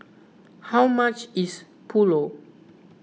how much is Pulao